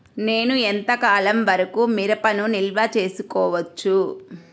నేను ఎంత కాలం వరకు మిరపను నిల్వ చేసుకోవచ్చు?